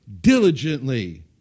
diligently